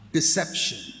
Deception